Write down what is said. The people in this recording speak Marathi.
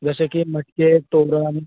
जसे की मटकी आहे तोरण